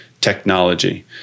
technology